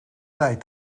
tijd